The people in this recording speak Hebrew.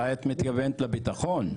אולי את מתכוונת לביטחון?